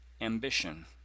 ambition